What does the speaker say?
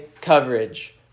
Coverage